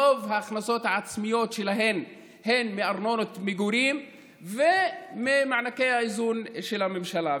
רוב ההכנסות העצמיות שלהן הן מארנונה ממגורים וממענקי האיזון של הממשלה.